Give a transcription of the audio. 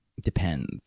depends